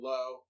Low